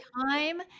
time